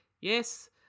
yes